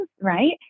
right